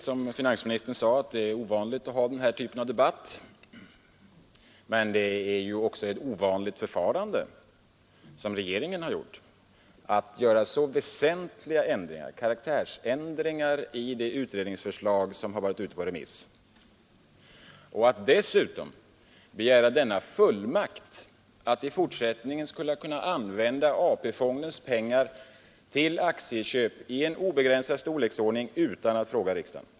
Som finansministern mycket riktigt sade är det ovanligt att vi har en debatt av denna typ, men regeringens förfarande är ju också ovanligt, när man gör så väsentliga karaktärsändringar i det utredningsförslag som har varit ute på remiss och dessutom begär fullmakt att i fortsättningen använda AP-fondens pengar till aktieköp av obegränsad storleksordning utan att fråga riksdagen.